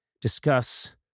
discuss